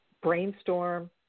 brainstorm